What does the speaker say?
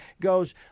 goes